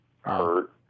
hurt